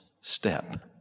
step